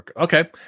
Okay